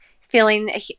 feeling